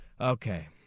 Okay